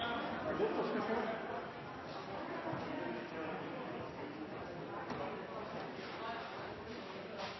god